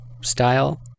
style